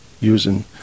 using